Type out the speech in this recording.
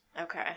Okay